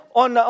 on